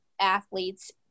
athletes